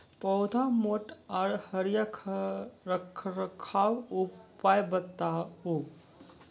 पौधा मोट आर हरियर रखबाक उपाय बताऊ?